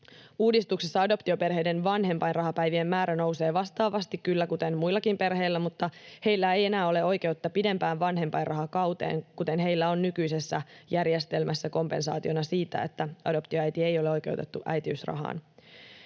Uudistuksessa adoptioperheiden vanhempainrahapäivien määrä nousee kyllä vastaavasti kuin muillakin perheillä, mutta heillä ei enää ole oikeutta pidempään vanhempainrahakauteen, kuten heillä on nykyisessä järjestelmässä kompensaationa siitä, että adoptioäiti ei ole oikeutettu äitiysrahaan.